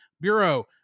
Bureau